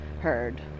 heard